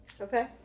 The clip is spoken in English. okay